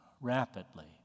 rapidly